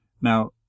Now